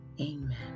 Amen